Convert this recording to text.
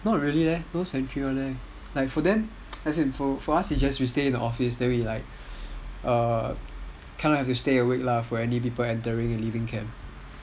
not really leh no sentry [one] leh like for us we just stay in the office then we like err kind of have to stay awake for any people entering and leaving camp